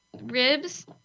Ribs